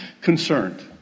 concerned